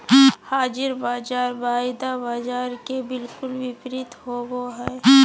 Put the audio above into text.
हाज़िर बाज़ार वायदा बाजार के बिलकुल विपरीत होबो हइ